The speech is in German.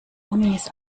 unis